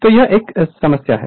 तो यह एक समस्या है